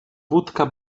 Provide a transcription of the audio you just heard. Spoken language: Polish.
wódka